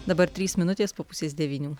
dabar trys minutės po pusės devynių